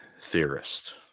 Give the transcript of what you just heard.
theorist